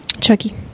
Chucky